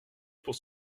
pour